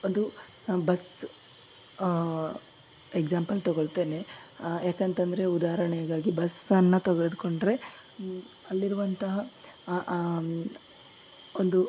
ಅದು bus example ತಗೊಳ್ತೇನೆ ಯಾಕಂತಂದರೆ ಉದಾಹರಣೆಗಾಗಿ ಬಸ್ಸನ್ನು ತೆಗೆದ್ಕೊಂಡ್ರೆ ಅಲ್ಲಿರುವಂತಹ ಒಂದು